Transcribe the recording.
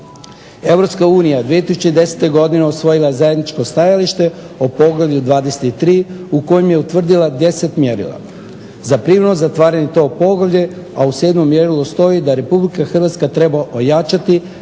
Europska unija 2010. godina usvojila je zajedničko stajalište o Poglavlju 23. u kojem je utvrdila 10 mjerila za privremeno zatvaranje tog poglavlja, a u 7 mjerilu stoji da RH treba ojačati